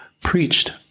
preached